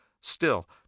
Still—